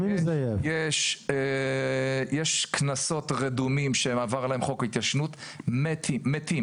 יש קנסות רדומים שעבר עליהם חוק התיישנות, מתים.